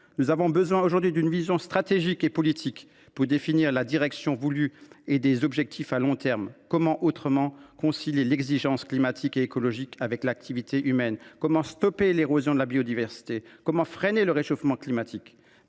Nous avons besoin aujourd’hui d’une vision stratégique et politique pour définir la direction voulue, ainsi que d’objectifs à long terme. Comment, sinon, concilier l’exigence climatique et écologique avec l’activité humaine ? Comment stopper l’érosion de la biodiversité ? Comment freiner le réchauffement climatique ?